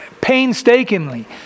painstakingly